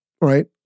right